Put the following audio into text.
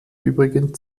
übrigen